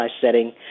setting